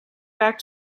back